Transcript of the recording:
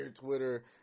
Twitter